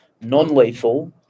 non-lethal